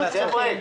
חבר'ה,